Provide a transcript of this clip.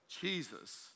Jesus